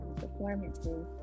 performances